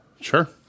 Sure